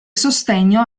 sostegno